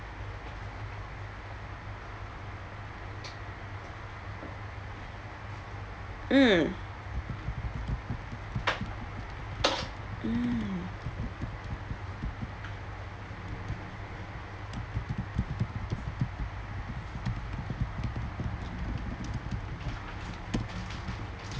mm mm